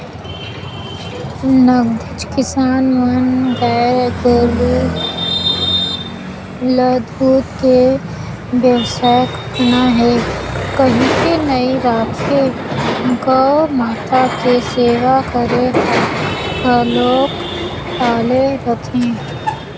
नगदेच किसान मन गाय गोरु ल दूद के बेवसाय करना हे कहिके नइ राखे गउ माता के सेवा करे खातिर घलोक पाले रहिथे